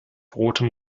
rotem